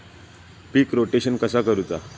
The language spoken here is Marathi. पीक रोटेशन कसा करूचा?